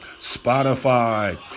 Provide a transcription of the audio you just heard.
Spotify